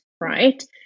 right